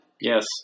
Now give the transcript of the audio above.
yes